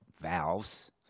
valves